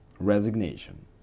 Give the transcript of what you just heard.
Resignation